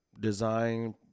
design